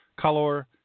color